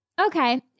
Okay